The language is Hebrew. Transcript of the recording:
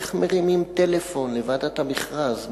איך מרימים טלפון לוועדת המכרז,